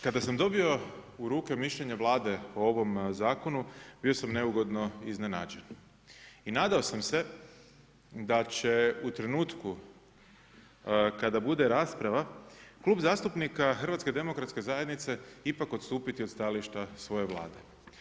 Kada sam dobio u ruke mišljenje Vlade o ovom zakonu bio sam neugodno iznenađen i nadao sam se da će u trenutku kada bude rasprava Klub zastupnika HDZ-a ipak odstupiti od stajališta svoje Vlade.